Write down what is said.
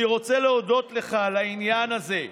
אני רוצה להודות לך על העניין הזה,